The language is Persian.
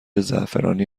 زعفرانی